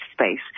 space